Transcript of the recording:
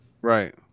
Right